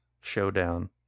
showdown